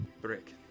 Brick